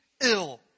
ill